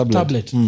tablet